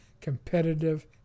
competitive